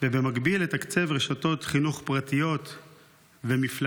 ובמקביל לתקצב רשתות חינוך פרטיות ומפלגתיות?